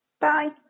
Bye